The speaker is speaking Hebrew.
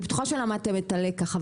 אני בטוחה שלמדתם את הלקח,